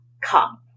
come